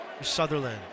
Sutherland